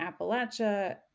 Appalachia